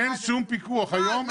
אין שום פיקוח, היום אין שום פיקוח.